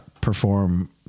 perform